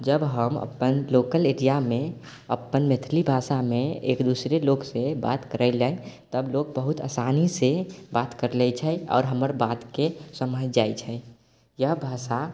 जब हम अपन लोकल एरियामे अपन मैथिली भाषामे एक दोसरे लोकसँ बात करैलए तब लोक बहुत आसानीसँ बात कर लै छै और हमर बातके समझि जाइ छै यह भाषा